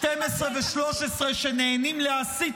ערוצים 12 ו-13, מצבם לא נפגע.